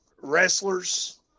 wrestlers